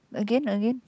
again again